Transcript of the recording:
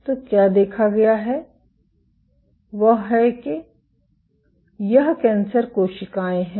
तो क्या देखा गया है वह है कि यह कैंसर कोशिकाएं हैं